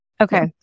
Okay